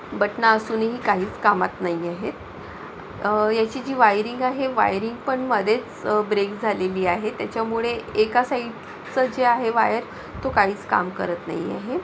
button असूनही काहीस कामात नाही आहे हे याची जी वायरिंग आहे वायरिंग पण मधेच ब्रेक झालेली आहे त्याच्यामुळे एका साईडचं जे आहे वायर तो काहीच काम करत नाही आहे